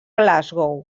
glasgow